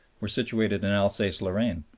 were situated in alsace-lorraine.